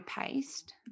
paste